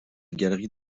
galerie